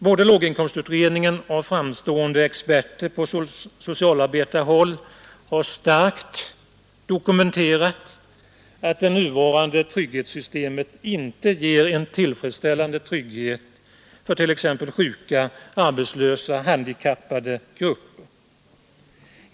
Både låginkomstutredningen och framstående experter på socialarbetarhåll har starkt dokumenterat att det nuvarande trygghetssystemet inte ger en tillfredsställande trygghet för t.ex. sjuka, arbetslösa och handi kappade grupper.